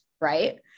Right